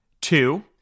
Two